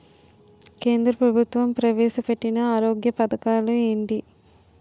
కేంద్ర ప్రభుత్వం ప్రవేశ పెట్టిన ఆరోగ్య పథకాలు ఎంటి?